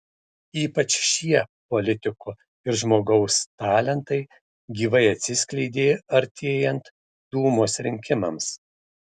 ypač šie politiko ir žmogaus talentai gyvai atsiskleidė artėjant dūmos rinkimams